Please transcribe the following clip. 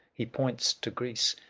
he points to greece,